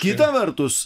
kita vertus